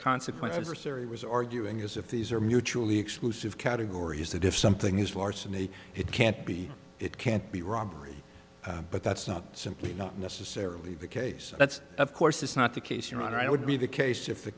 consequences for siri was arguing is of these are mutually exclusive categories that if something is larceny it can't be it can't be robbery but that's not simply not necessarily the case that's of course is not the case your honor i would be the case if the